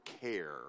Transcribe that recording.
care